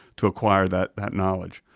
to acquire that that knowledge.